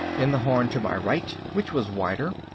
in the horn to my right, which was wider,